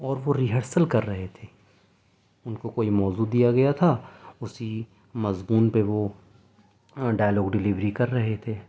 اور وہ ریہرسل کر رہے تھے ان کو کوئی موضوع دیا گیا تھا اسی مضمون پہ وہ ڈائلاگ ڈلیوری کر رہے تھے